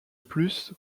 plus